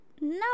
no